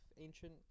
ancient